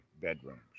bedrooms